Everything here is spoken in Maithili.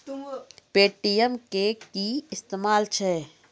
पे.टी.एम के कि इस्तेमाल छै?